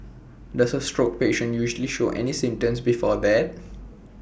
does A stroke patient usually show any symptoms before that